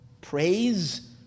praise